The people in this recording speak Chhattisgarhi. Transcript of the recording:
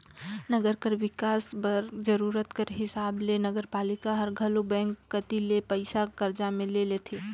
नंगर कर बिकास बर जरूरत कर हिसाब ले नगरपालिका हर घलो बेंक कती ले पइसा करजा में ले लेथे